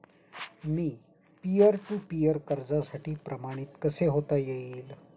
Me peer to peer कर्जासाठी प्रमाणित कसे होता येईल?